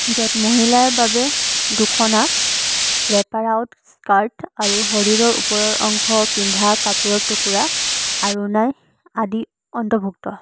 য'ত মহিলাৰ বাবে দখনা ৰেপাৰ আৰু স্কাৰ্ট আৰু শৰীৰৰ ওপৰৰ অংশ পিন্ধা কাপোৰৰ টুকুৰা আৰোনাই আদি অন্তৰ্ভুক্ত